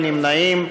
אין נמנעים.